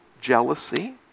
jealousy